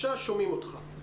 יש לכם כל כך הרבה מורים,